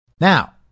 Now